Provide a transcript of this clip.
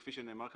כפי שנאמר כאן,